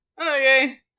Okay